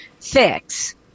fix